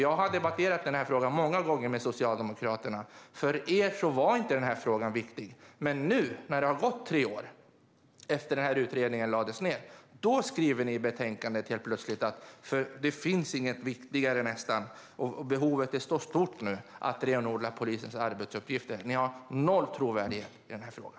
Jag har debatterat denna fråga många gånger med Socialdemokraterna, och jag vet att för er var denna fråga inte viktig. Men nu, när det har gått tre år sedan utredningen lades ned, skriver ni plötsligt i betänkandet att det nästan inte finns något viktigare än att renodla polisens arbetsuppgifter och att behovet nu är stort. Ni har noll trovärdighet i denna fråga.